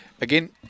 again